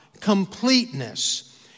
completeness